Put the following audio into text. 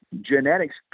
genetics